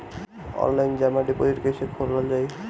Online जमा deposit कैसे खोलल जाइ?